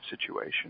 situation